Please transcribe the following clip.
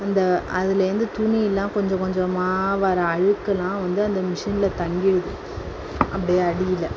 அந்த அதில் இருந்து துணியெல்லாம் கொஞ்சம் கொஞ்சமாக வர அழுக்கெலாம் வந்து அந்த மிஷனில் தங்கிவிடுது அப்படியே அடியில்